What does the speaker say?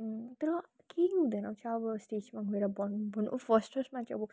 तर केही हुँदैन च अब स्टेजमा गएर भन्नु बोल्नु फर्स्ट फर्स्टमा चाहिँ